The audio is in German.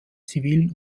zivilen